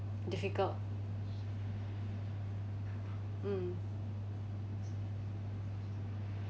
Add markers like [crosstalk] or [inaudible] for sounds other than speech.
difficult [breath] mm